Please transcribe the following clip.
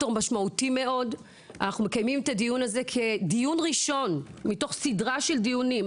אנחנו מקיימים את הדיון הזה כדיון ראשון מתוך סדרה של דיונים.